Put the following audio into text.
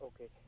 Okay